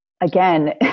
again